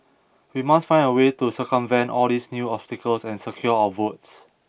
we must find a way to circumvent all these new obstacles and secure our votes